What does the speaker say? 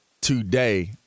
today